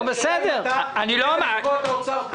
צריך לתבוע את האוצר פה.